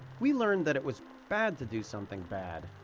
we learned that it was bad to do something bad,